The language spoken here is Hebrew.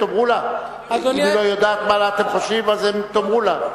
אם היא לא יודעת מה אתם חושבים אז תאמרו לה.